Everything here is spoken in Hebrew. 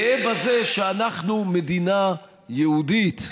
גאה בזה שאנחנו מדינה יהודית.